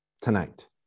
tonight